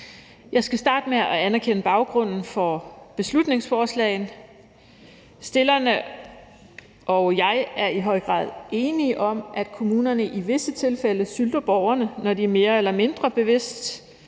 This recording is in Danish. Jeg skal starte med at anerkende baggrunden for beslutningsforslaget. Forslagsstillerne og jeg er i høj grad enige om, at kommunerne i visse tilfælde sylter borgerne, når de mere eller mindre bevidst